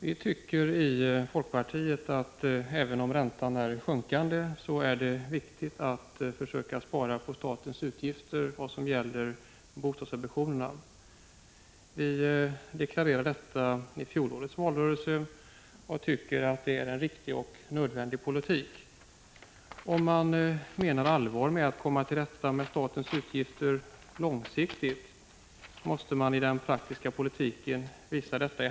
Herr talman! Vi i folkpartiet tycker att även om räntorna är sjunkande är det viktigt att försöka spara på statens utgifter vad gäller bostadssubventionerna. Vi deklarerade detta i fjolårets valrörelse. Vi tycker att det är en riktig och nödvändig politik. Om man menar allvar med att långsiktigt komma till rätta med statens utgifter, måste man visa detta i handling i den praktiska politiken.